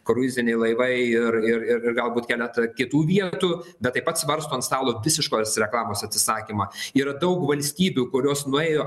kruiziniai laivai ir ir ir galbūt keletą kitų vietų bet taip pat svarsto ant stalo visiškos reklamos atsisakymą yra daug valstybių kurios nuėjo